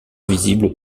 visibles